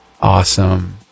Awesome